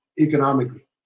economically